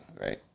right